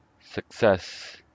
success